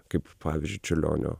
kaip pavyzdžiui čiurlionio